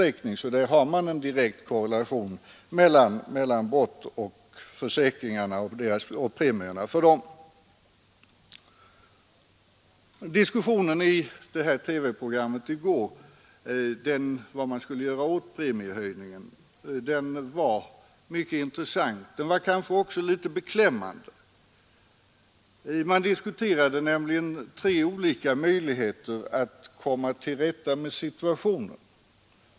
Där kan man avläsa en direkt korrelation mellan brott och försäkringspremier. Diskussionen i TV-programmet i går om vad man skulle göra åt premiehöjningen var intressant. Den var kanske också litet beklämmande. Man diskuterade nämligen endast tre olika möjligheter att komma till rätta med situationen.